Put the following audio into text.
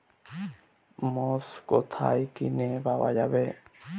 মোষ কোথায় কিনে পাওয়া যাবে?